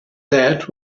that